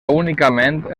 únicament